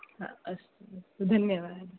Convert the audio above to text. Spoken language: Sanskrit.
हा अस्तु अस्तु धन्यवादः